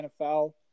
NFL